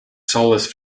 solace